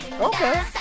Okay